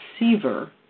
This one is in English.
receiver